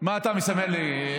מה אתה מסמן לי?